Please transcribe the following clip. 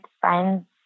friends